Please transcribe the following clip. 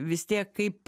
vis tiek kaip